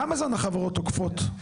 כמה זמן החברות תוקפות?